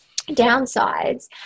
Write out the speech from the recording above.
downsides